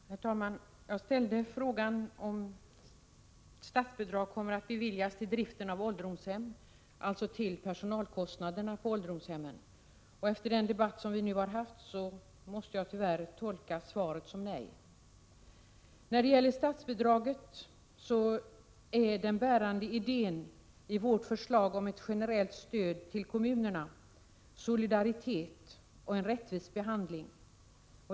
Herr talman! Jag ställde frågan om statsbidrag kommer att beviljas för ålderdomshemmens personalkostnader. Jag måste efter den debatt som förts tolka det svar som jag fått som ett nej. Den bärande idén i vårt förslag om ett generellt statligt stöd till kommunerna är solidaritet och en rättvis behandling.